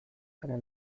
eine